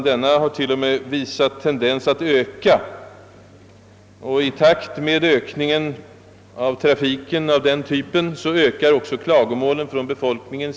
Denna har till och med haft en tendens att öka, och i takt med ökningen av trafik av denna typ ökar också klagomålen från befolkningen.